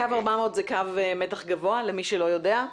קו 400 זה קו מתח גבוה, למי שלא יודע.